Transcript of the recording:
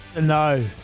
No